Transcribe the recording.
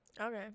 Okay